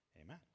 Amen